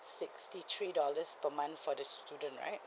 sixty three dollars per month for the student right